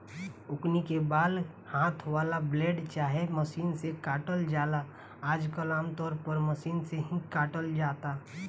ओकनी के बाल हाथ वाला ब्लेड चाहे मशीन से काटल जाला आजकल आमतौर पर मशीन से ही काटल जाता